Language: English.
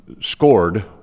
scored